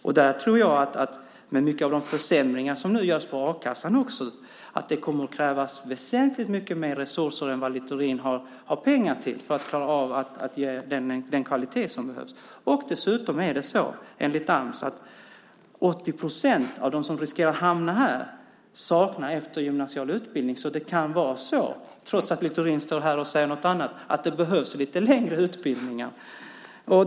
Jag tror, med tanke på många av de försämringar som görs i a-kassan också, att det kommer att krävas väsentligt mycket mer resurser än vad Littorin har pengar till för att klara av att ge den kvalitet som behövs. Dessutom är det enligt Ams så att 80 procent av dem som riskerar att hamna här saknar eftergymnasial utbildning, så det kan vara så, trots att Littorin står här och säger något annat, att det behövs lite längre utbildningar.